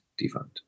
defund